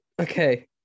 okay